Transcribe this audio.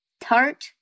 tart